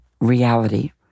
reality